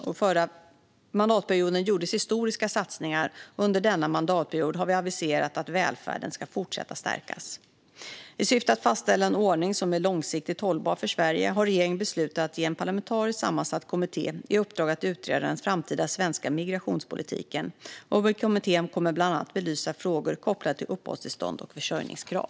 Under förra mandatperioden gjordes historiska satsningar, och under denna mandatperiod har vi aviserat att välfärden ska fortsätta stärkas. I syfte att fastställa en ordning som är långsiktigt hållbar för Sverige har regeringen beslutat att ge en parlamentariskt sammansatt kommitté i uppdrag att utreda den framtida svenska migrationspolitiken. Kommittén kommer bland annat att belysa frågor kopplade till uppehållstillstånd och försörjningskrav.